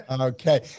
Okay